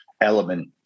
element